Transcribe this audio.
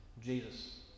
Jesus